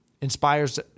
inspires